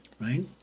right